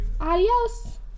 Adios